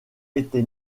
été